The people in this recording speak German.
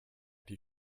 die